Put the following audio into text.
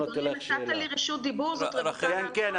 אדוני נתת לי רשות דיבור, זאת רויטל לן כהן.